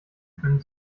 können